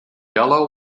yellow